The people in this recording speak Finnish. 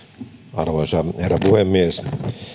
arvoisa herra puhemies